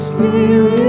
Spirit